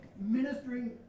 ministering